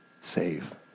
save